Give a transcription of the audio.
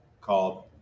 called